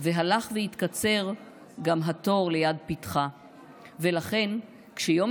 / והלך והתקצר / גם התור ליד פתחה / לכן כשיום